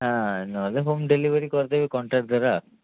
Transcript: ହଁ ନହେଲେ home delivery କରିଦେବେ କଣ୍ଟାକ୍ଟ ଦ୍ୱାରା